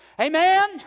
Amen